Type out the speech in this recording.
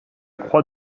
croix